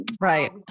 Right